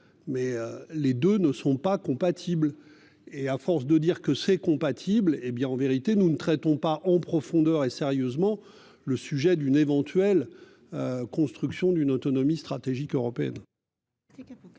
Mais les 2 ne sont pas compatibles et à force de dire que c'est compatible, hé bien en vérité nous ne traitons pas en profondeur et sérieusement le sujet d'une éventuelle. Construction d'une autonomie stratégique européenne.